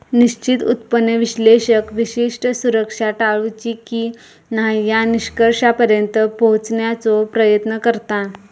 निश्चित उत्पन्न विश्लेषक विशिष्ट सुरक्षा टाळूची की न्हाय या निष्कर्षापर्यंत पोहोचण्याचो प्रयत्न करता